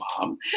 mom